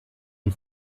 die